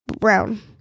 Brown